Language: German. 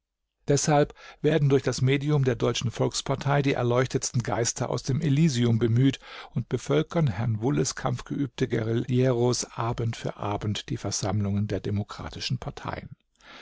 deshalb werden durch das medium der deutschen volkspartei die erleuchtetsten geister aus dem elysium bemüht und bevölkern herrn wulles kampfgeübte guerilleros abend für abend die versammlungen der demokratischen parteien